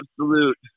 absolute